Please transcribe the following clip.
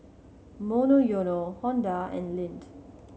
Monoyono Honda and Lindt